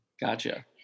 Gotcha